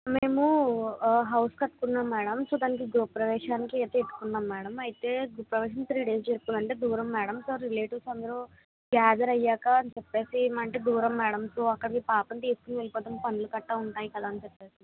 మేము హౌస్ కట్టుకున్నాం madam so దానికి గృహప్రవేశానికి అయితే ఎట్టుకున్నాం మ్యాడమ్ అయితే గృహప్రవేశం త్రీ డేస్ జరుపుకోవాలి అంటే దూరం మ్యాడమ్ ఇంకా రిలెటివ్స్ అందరు గ్యాదర్ అయ్యాక అన్ చెప్పేసి అంటే దూరం మ్యాడమ్ సో అక్కడికి పాపని తీసుకుని వెళ్ళిపోదాం పనులు గట్టా ఉంటాయి కదా అని చెప్పేసి